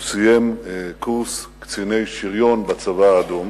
הוא סיים קורס קציני שריון בצבא האדום,